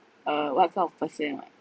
uh what sort of person what